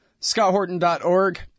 ScottHorton.org